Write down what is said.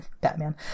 Batman